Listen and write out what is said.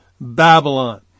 Babylon